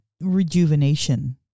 rejuvenation